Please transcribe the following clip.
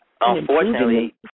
Unfortunately